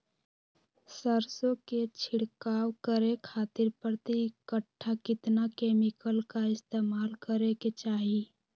सरसों के छिड़काव करे खातिर प्रति कट्ठा कितना केमिकल का इस्तेमाल करे के चाही?